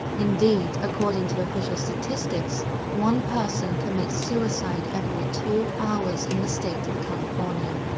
indeed, according to official statistics, one person commits suicide every two hours in the state of california.